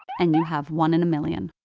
and you have one in a million.